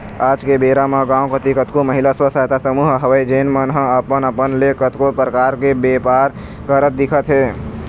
आज के बेरा म गाँव कोती कतको महिला स्व सहायता समूह हवय जेन मन ह अपन अपन ले कतको परकार के बेपार करत दिखत हे